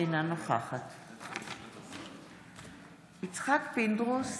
אינה נוכחת יצחק פינדרוס,